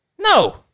No